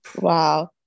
wow